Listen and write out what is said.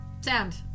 sound